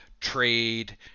trade